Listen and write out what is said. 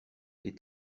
les